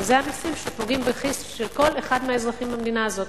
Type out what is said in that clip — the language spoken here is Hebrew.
ואלה המסים שפוגעים בכיס של כל אחד מהאזרחים במדינה הזאת,